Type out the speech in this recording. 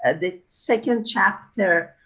and the second chapter,